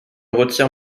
retire